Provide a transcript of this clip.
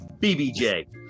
bbj